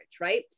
right